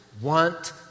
want